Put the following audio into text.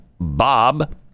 Bob